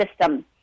system